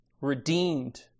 Redeemed